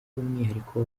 umwihariko